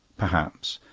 perhaps.